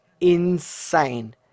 insane